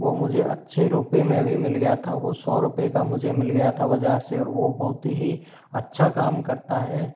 वह मुझे अच्छे रुपए में भी मिल गया था वह सौ रुपए का मुझे मिल गया था बाज़ार से ओर वह बहुत ही अच्छा काम करता है